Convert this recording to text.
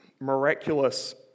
miraculous